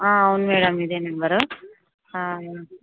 అవును మ్యాడమ్ ఇదే నంబరు